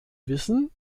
wissen